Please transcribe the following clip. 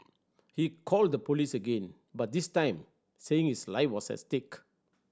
he called the police again but this time saying his life was as stake